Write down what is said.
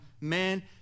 man